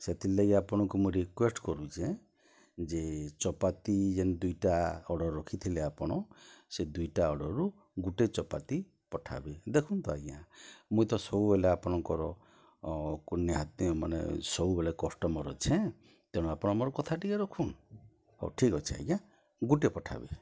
ସେଥିର୍ ଲାଗି ଆପଣଙ୍କୁ ମୁଁ ରିକ୍ୟୁଷ୍ଟ୍ କରୁଛେଁ ଯେ ଚପାତି ଜେନ୍ ଦୁଇଟା ଅର୍ଡ଼ର୍ ରଖିଥିଲେ ଆପଣ ସେ ଦୁଇଟା ଅର୍ଡ଼ର୍ରୁ ଗୁଟେ ଚପାତି ପଠାବେ ଦେଖନ୍ତୁ ଆଜ୍ଞା ମୁଇଁ ତ ସବୁବେଲେ ଆପଣଙ୍କର କୁ ନିହାତି ମାନେ ସବୁବେଳେ କଷ୍ଟମର୍ ଅଛେଁ ତେଣୁ ଆପଣ ମୋର୍ କଥା ଟିକେ ରଖୁନ୍ ହଉ ଠିକ୍ ଅଛି ଆଜ୍ଞା ଗୁଟେ ପଠାବେ